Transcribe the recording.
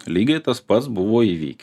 lygiai tas pats buvo įvykę